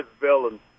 villain